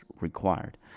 required